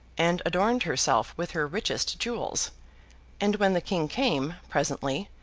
and adorned herself with her richest jewels and when the king came, presently,